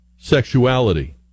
sexuality